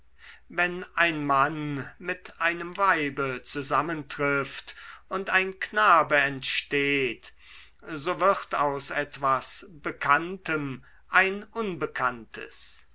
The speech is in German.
wenn ein mann mit einem weibe zusammentrifft und ein knabe entsteht so wird aus etwas bekanntem ein unbekanntes